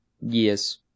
Yes